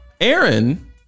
Aaron